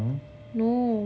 um hmm